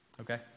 Okay